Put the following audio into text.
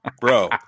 bro